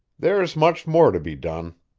there's much more to be done.